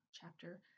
chapter